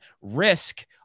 risk